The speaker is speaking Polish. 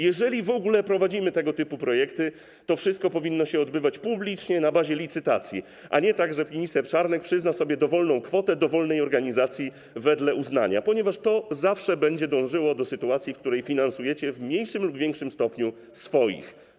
Jeżeli w ogóle prowadzimy tego typu projekty, to wszystko powinno się odbywać publicznie, na bazie licytacji, a nie tak, że minister Czarnek przyzna dowolną kwotę dowolnej organizacji wedle uznania, ponieważ to zawsze będzie prowadziło do sytuacji, w której finansujecie w mniejszym lub większym stopniu swoich.